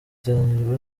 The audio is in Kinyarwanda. iteganyijwe